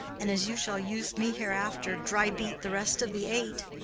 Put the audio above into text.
and, as you shall use me hereafter, dry-beat the rest of the eight.